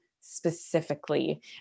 specifically